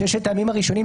בששת הימים הראשונים,